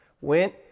went